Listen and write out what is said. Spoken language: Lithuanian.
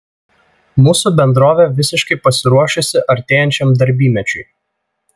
mūsų bendrovė visiškai pasiruošusi artėjančiam darbymečiui